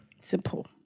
Simple